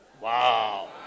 Wow